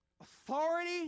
authority